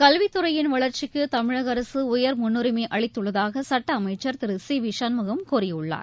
கல்வி துறையின் வளர்ச்சிக்கு தமிழக அரசு உயர் முன்னுரிமை அளித்துள்ளதாக சட்ட அமைச்சர் திரு சி வி சண்முகம் கூறியுள்ளார்